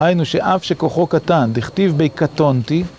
היינו שאף שכוחו קטן דכתיב בי קטונתי